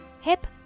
Hip